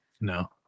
No